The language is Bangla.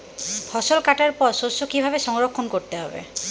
ফসল কাটার পর শস্য কীভাবে সংরক্ষণ করতে হবে?